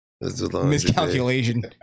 Miscalculation